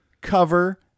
cover